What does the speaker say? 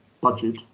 budget